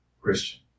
Christian